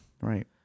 Right